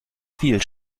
viel